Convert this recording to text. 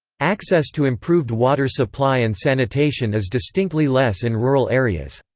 access to improved water supply and sanitation is distinctly less in rural areas.